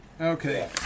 Okay